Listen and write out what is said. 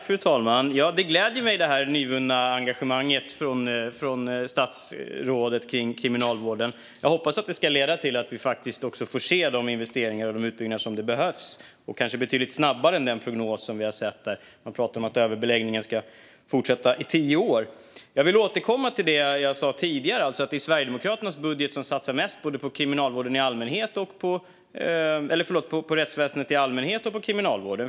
Fru talman! Det nyvunna engagemanget hos statsrådet kring Kriminalvården gläder mig. Jag hoppas att det ska leda till att vi får se de investeringar och de utbyggnader som behövs. Kanske sker det betydligt snabbare än i den prognos som vi har sett där man pratar om att överbeläggningen ska fortsätta i tio år. Jag vill återkomma till det jag sa tidigare. Det är i Sverigedemokraternas budget som det satsas mest både på rättsväsendet i allmänhet och på Kriminalvården.